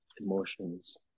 emotions